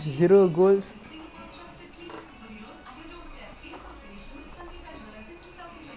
I mean actually it was a even game in terms of shots on target and shots but possession chelsea have seventy two percent lah